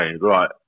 right